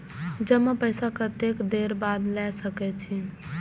जमा पैसा कतेक देर बाद ला सके छी?